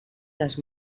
les